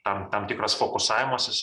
tam tam tikras fokusavimasis